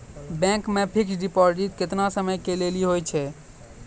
Bank मे fixed deposit केतना समय के लेली होय छै?